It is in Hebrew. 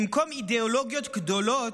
במקום אידיאולוגיות גדולות,